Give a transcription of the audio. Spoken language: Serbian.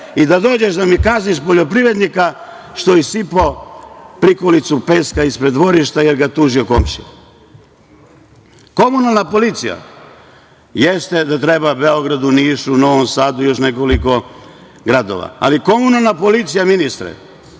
i da dođeš da mi kazniš poljoprivrednika što je sipao prikolicu peska ispred dvorišta jer ga je tužio komšija. Komunalna policija jeste da treba Beogradu, Nišu, Novom Sadu i još nekoliko gradova, ali komunalna policija, ministre,